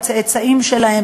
והצאצאים שלהם,